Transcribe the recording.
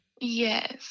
Yes